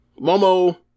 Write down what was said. Momo